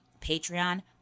Patreon